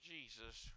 Jesus